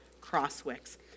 Crosswicks